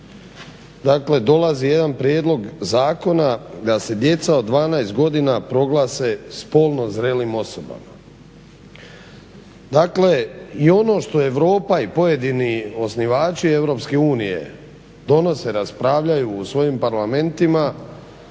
parlament dolazi jedan prijedlog zakona da se djeca od 12 godina proglase spolno zrelim osobama. Dakle i ono što Europa i pojedini osnivači EU donose raspravljaju u svojim parlamentima